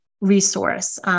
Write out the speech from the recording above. resource